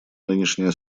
нынешняя